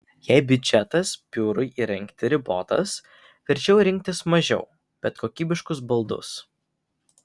jei biudžetas biurui įrengti ribotas verčiau rinktis mažiau bet kokybiškus baldus